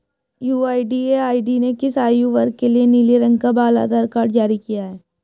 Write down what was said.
UIDAI ने किस आयु वर्ग के लिए नीले रंग का बाल आधार कार्ड जारी किया है?